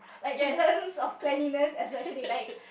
like in turns of cleanliness especially like